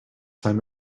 time